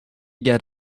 get